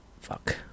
fuck